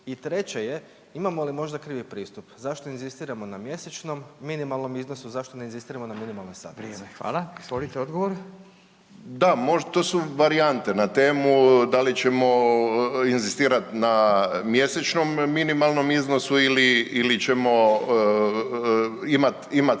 i treće je, imamo li možda krivi pristup. Zašto inzistiramo na mjesečnom minimalnom iznosu, zašto ne inzistiramo na minimalnoj satnici? **Radin, Furio (Nezavisni)** Izvolite odgovor. **Hrelja, Silvano (HSU)** Da, to su varijante na temu, da li ćemo inzistirat na mjesečnom minimalnom iznosu ili ćemo imat